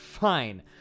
Fine